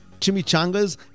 chimichangas